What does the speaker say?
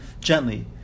gently